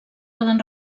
poden